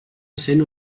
essent